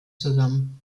zusammen